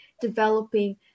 developing